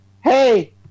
Hey